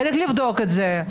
צריך לבדוק את זה.